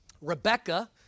Rebecca